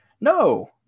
No